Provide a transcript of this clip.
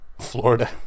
Florida